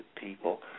people